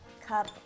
cup